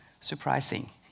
surprising